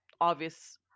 obvious